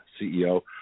CEO